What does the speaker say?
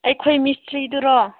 ꯑꯩꯈꯣꯏ ꯃꯤꯁꯇ꯭ꯔꯤꯗꯨꯔꯣ